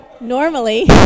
Normally